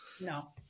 No